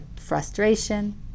frustration